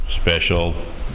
special